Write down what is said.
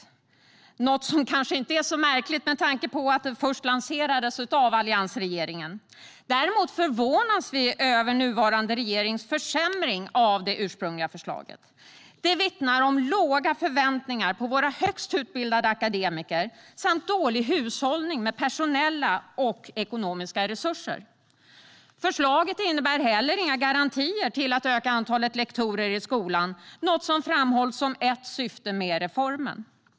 Det är något som kanske inte är så märkligt med tanke på att det först lanserades av alliansregeringen. Däremot förvånas vi över nuvarande regerings försämring av det ursprungliga förslaget. Det vittnar om låga förväntningar på våra högst utbildade akademiker samt en dålig hushållning med personella och ekonomiska resurser. Förslaget innebär heller inte några garantier för att öka antalet lektorer i skolan, något som framhålls som ett syfte med reformen.